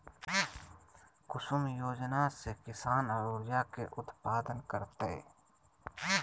कुसुम योजना से किसान सौर ऊर्जा के उत्पादन करतय